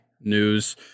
news